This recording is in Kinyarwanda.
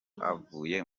avuye